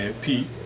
Pete